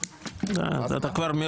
הישיבה ננעלה בשעה 10:45.